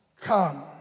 come